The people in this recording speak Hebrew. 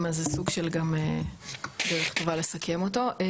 אז זה סוג של גם דרך טובה לסכם אותו.